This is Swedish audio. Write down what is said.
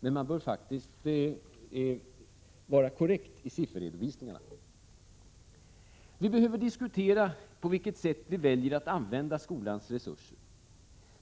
Men man bör faktiskt vara korrekt i sifferredovisningarna. Vi behöver diskutera på vilket sätt vi väljer att använda skolans resurser.